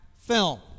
film